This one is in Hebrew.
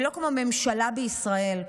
ולא כמו ממשלה בישראל,